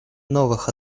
новых